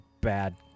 bad